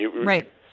Right